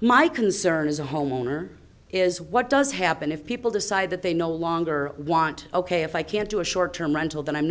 my concern is a homeowner is what does happen if people decide that they no longer want ok if i can't do a short term rental then i'm